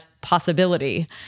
possibility